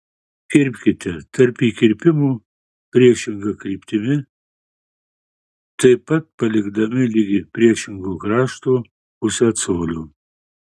kirpkite tarp įkirpimų priešinga kryptimi taip pat palikdami ligi priešingo krašto pusę colio